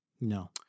No